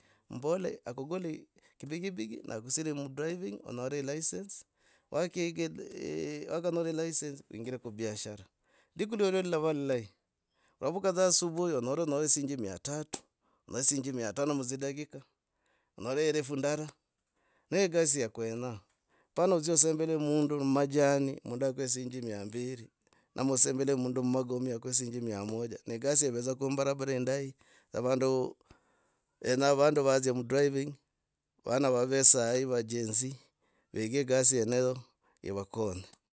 Mbole akugule kibigibigi nakusire mudriving anyole licence, wakeka. eeh wakanyola licence wingire ku biashara lidiku iyolo lilava lilahi. Oravuka dza asubuhi onyore nyore dzishingi mia tatu. onyore dsizhingi mia tano mudzi dakika. onyore eretu. ndara. niyo egasi ya kwenya. Hapana odzie osembele mundu mumajani. mundu akwe dzishingi mia mbiri ama osembele mundu mumagomagwe dzishingi mia moja na gasi gumbarabara indayi na vandu. venya vandu vadzia mudriving. vana vave sahi va ano vege egasi yeneyo ivakonye.